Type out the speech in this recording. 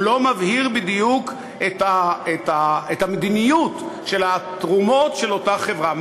הוא לא מבהיר בדיוק את המדיניות של התרומות של אותה חברה.